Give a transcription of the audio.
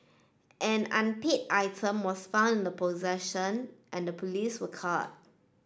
an unpaid item was found in the possession and the police were called